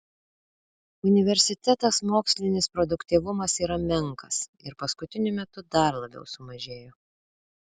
universitetas mokslinis produktyvumas yra menkas ir paskutiniu metu dar labiau sumažėjo